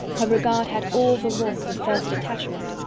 her regard had all the warmth of first attachment,